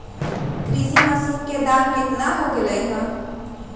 कृषि मशीन के दाम कितना हो गयले है?